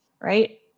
right